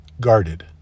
guarded